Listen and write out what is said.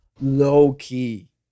low-key